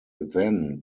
then